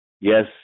yes